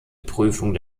prüfung